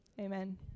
Amen